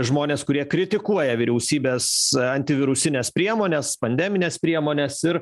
žmones kurie kritikuoja vyriausybės antivirusines priemones pandemines priemones ir